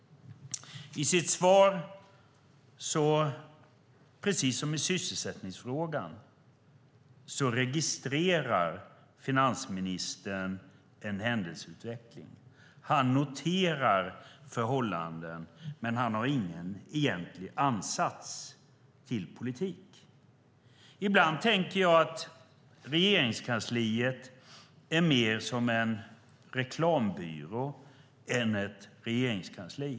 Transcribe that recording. Precis som i sysselsättningsfrågan registrerar finansministern en händelseutveckling. Han noterar förhållanden, men han har ingen egentlig ansats till politik. Ibland tänker jag att Regeringskansliet är mer som en reklambyrå än ett regeringskansli.